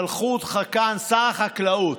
שלחו אותך לכאן כשר החקלאות.